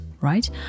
right